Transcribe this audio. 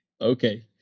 okay